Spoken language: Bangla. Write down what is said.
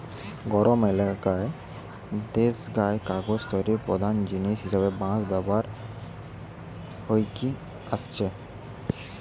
গরম এলাকার দেশগায় কাগজ তৈরির প্রধান জিনিস হিসাবে বাঁশ ব্যবহার হইকি আসেটে